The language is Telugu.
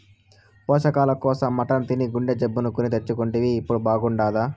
పోషకాల కోసం మటన్ తిని గుండె జబ్బు కొని తెచ్చుకుంటివి ఇప్పుడు బాగుండాదా